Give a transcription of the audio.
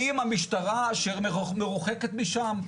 האם המשטרה שמרוחקת משם?